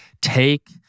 take